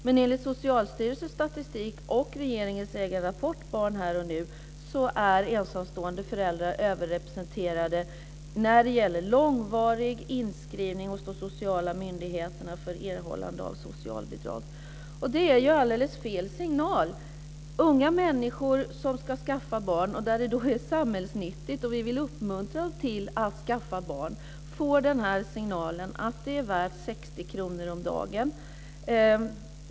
Men enligt Socialstyrelsens statistik och regeringens rapport Barn här och nu är ensamstående föräldrar överrepresenterade när det gäller långvarig inskrivning hos de sociala myndigheterna för erhållande av socialbidrag. Det är alldeles fel signal. Vi vill ju uppmuntra unga människor till att vara samhällsnyttiga och skaffa barn. Sedan får de signalen att det är värt 60 kr om dagen.